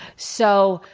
so,